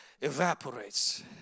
evaporates